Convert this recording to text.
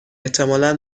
احتمالا